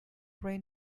rain